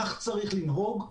כך צריך לנהוג,